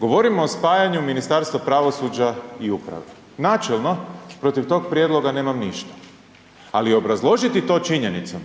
Govorimo o spajanju Ministarstva pravosuđa i uprave, načelno, protiv tog prijedloga nemam ništa, ali obrazložiti to činjenicom